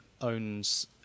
owns